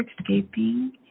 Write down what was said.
escaping